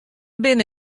binne